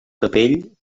capell